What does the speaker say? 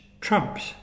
trumps